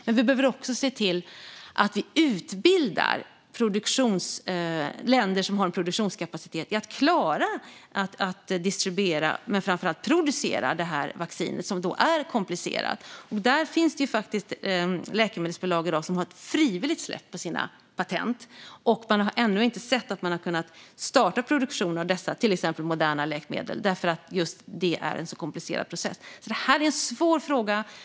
Men vi behöver också se till att vi utbildar länder som har produktionskapacitet, så att de klarar att distribuera men framför allt producera det här vaccinet, vilket är komplicerat. Det finns faktiskt läkemedelsbolag som frivilligt har släppt på sina patent. Men man har ännu inte kunnat starta produktionen av dessa, till exempel Modernas läkemedel, eftersom det är en så komplicerad process. Det här är en svår fråga.